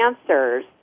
answers